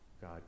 God